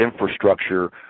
infrastructure